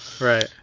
Right